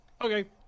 Okay